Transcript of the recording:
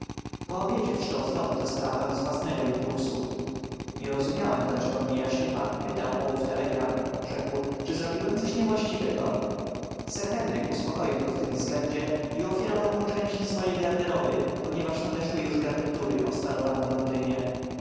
obiedzie wszczął znowu tę sprawę z własnego impulsu nie rozumiałem dlaczego mnie jaśnie pan pytał o ów telegram rzekł czy zrobiłem co niewłaściwego sir henryk uspokoił go w tym względzie i ofiarował mu część swojej garderoby ponieważ nadeszły już garnitury obstalowane w londynie